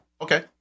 okay